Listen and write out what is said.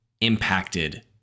impacted